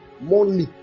Money